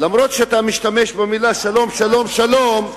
למרות שאתה משתמש במלה "שלום" "שלום" "שלום"